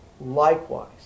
Likewise